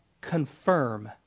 Confirm